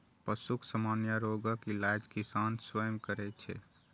पशुक सामान्य रोगक इलाज किसान स्वयं करै छै